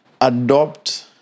adopt